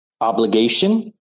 obligation